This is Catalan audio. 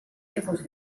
tipus